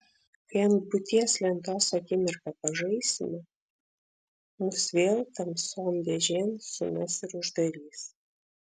kai ant būties lentos akimirką pažaisime mus vėl tamsion dėžėn sumes ir uždarys